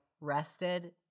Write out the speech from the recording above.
rested